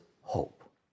hope